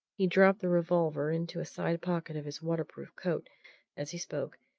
he dropped the revolver into a side pocket of his waterproof coat as he spoke,